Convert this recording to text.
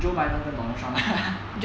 joe biden 跟 donald trump